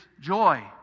joy